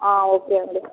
ఆ ఓకే అండి